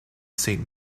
saint